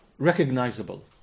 Recognizable